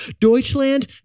Deutschland